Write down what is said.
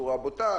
בצורה בוטה.